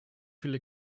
viele